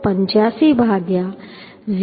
85 ભાગ્યા 0